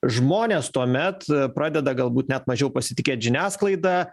žmonės tuomet pradeda galbūt net mažiau pasitikėt žiniasklaida